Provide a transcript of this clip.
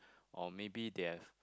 or maybe they have